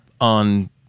on